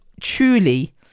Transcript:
truly